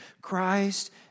Christ